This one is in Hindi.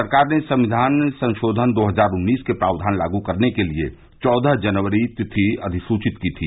सरकार ने संविधान संशोधन दो हजार उन्नीस के प्रावधान लागू करने के लिए चौदह जनवरी तिथि अधिसुचित की थी